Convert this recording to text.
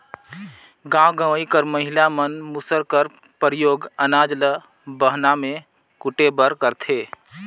गाँव गंवई कर महिला मन मूसर कर परियोग अनाज ल बहना मे कूटे बर करथे